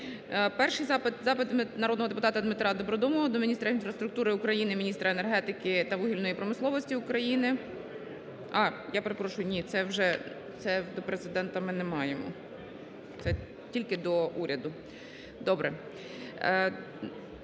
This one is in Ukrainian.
– запит народного депутата Дмитра Добродомова до міністра інфраструктури України, міністра енергетики та вугільної промисловості України...